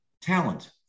talent